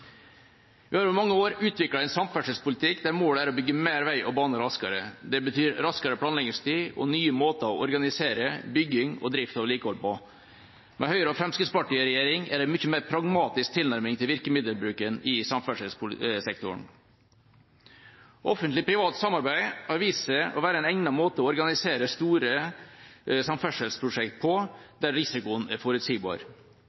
Vi har over mange år utviklet en samferdselspolitikk der målet er å bygge mer vei og bane raskere. Det betyr raskere planleggingstid og nye måter å organisere bygging og drift og vedlikehold på. Med Høyre og Fremskrittspartiet i regjering er det en mye mer pragmatisk tilnærming til virkemiddelbruken i samferdselssektoren. Offentlig–privat samarbeid har vist seg å være en egnet måte å organisere store